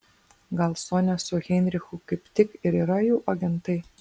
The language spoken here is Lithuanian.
gal sonia su heinrichu kaip tik ir yra jų agentai